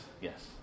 Yes